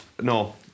No